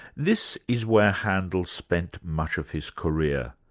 this is where handel spent much of his career,